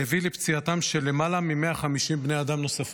לפציעתם של למעלה מ-150 בני אדם נוספים.